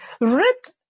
ripped